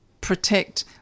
protect